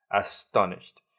astonished